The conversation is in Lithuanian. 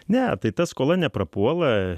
ne tai tas kola neprapuola